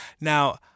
Now